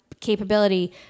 capability